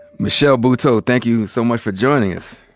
michelle buteau, thank you so much for joining us.